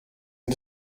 and